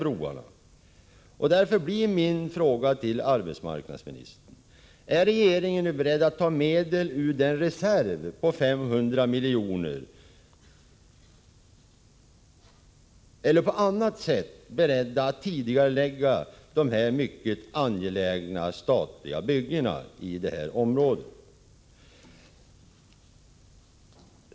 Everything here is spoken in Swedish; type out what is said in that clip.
Jag vill därför fråga arbetsmarknadsministern: Är regeringen beredd att ta medel ur reserven på 500 miljoner eller att på annat sätt medverka till att tidigarelägga dessa mycket angelägna statliga byggen inom det här området?